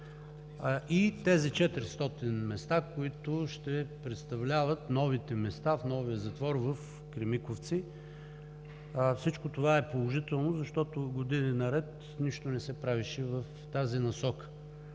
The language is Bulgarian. и тези 400 места, които ще представляват новите места, в новия затвор в Кремиковци. Всичко това е положително, защото години наред нищо не се правеше в тази насока.